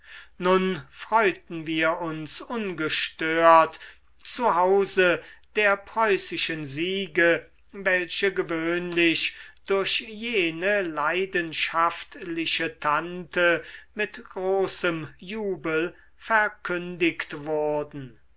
nun freuten wir uns ungestört zu hause der preußischen siege welche gewöhnlich durch jene leidenschaftliche tante mit großem jubel verkündigt wurden